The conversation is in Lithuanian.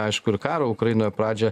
aišku ir karą ukrainoj pradžią